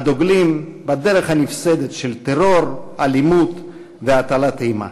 הדוגלים בדרך הנפסדת של טרור, אלימות והטלת אימה.